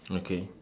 okay